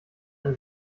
eine